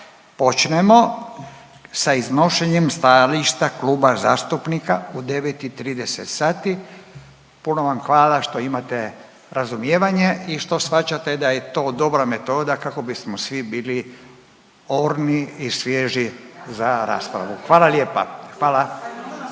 počnemo sa iznošenjem stajališta kluba zastupnika u 9 i 30 sati. Puno vam hvala što imate razumijevanje i što shvaćate da je to dobra metoda kako bismo svi bili orni i svježi za raspravu, hvala lijepa, hvala.